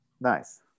nice